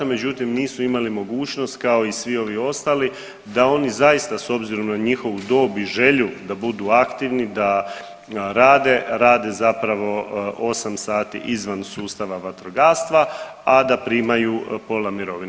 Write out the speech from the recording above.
Međutim, nisu imali mogućnost kao i svi ovi ostali da oni zaista s obzirom na njihovu dob i želju da budu aktivni, da rade, rade zapravo 8 sati izvan sustava vatrogastva, a da primaju pola mirovine.